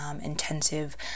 intensive